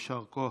יישר כוח.